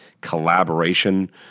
collaboration